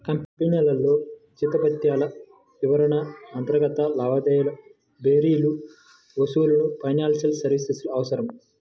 కంపెనీల్లో జీతభత్యాల నిర్వహణ, అంతర్గత లావాదేవీల బేరీజు పనులకు ఫైనాన్షియల్ సర్వీసెస్ అవసరం